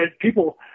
people